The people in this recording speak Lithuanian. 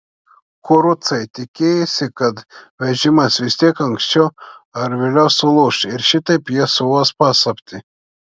kurucai tikėjosi kad vežimas vis tiek anksčiau ar vėliau sulūš ir šitaip jie suuos paslaptį